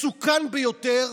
מסוכן ביותר,